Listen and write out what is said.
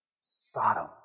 Sodom